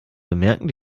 bemerken